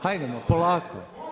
Hajdemo polako.